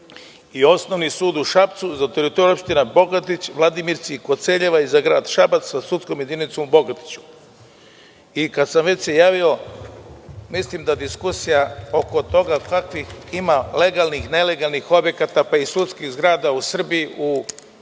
i osnovni sud u Šapcu za teritoriju opštine Bogatić, Vladimirci i Koceljeva i za Grada Šabac sa sudskom jedinicom u Bogatiću. Kad sam se već javio, mislim da diskusija oko toga kakvih ima legalnih i nelegalnih objekata, pa i sudskih zgrada u Srbiji, u mnogome